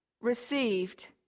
received